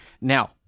Now